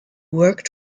worked